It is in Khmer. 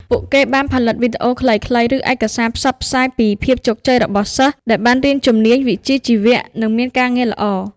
ពួកគេបានផលិតវីដេអូខ្លីៗ ឬឯកសារផ្សព្វផ្សាយពីភាពជោគជ័យរបស់សិស្សដែលបានរៀនជំនាញវិជ្ជាជីវៈ និងមានការងារល្អ។